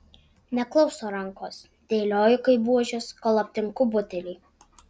neklauso rankos dėlioju kaip buožes kol aptinku butelį